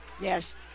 Yes